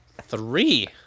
Three